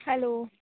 hello